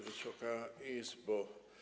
Wysoka Izbo!